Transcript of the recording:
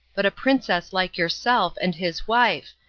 but a princess like yourself and his wife,